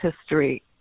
history